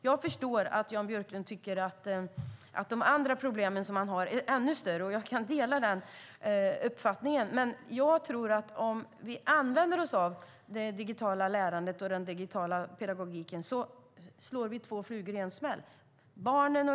Jag förstår att Jan Björklund tycker att de andra problemen han har är större, och jag delar den uppfattningen. Men använder vi oss av det digitala lärandet och den digitala pedagogiken slår vi två flugor i en smäll.